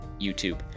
YouTube